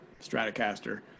stratocaster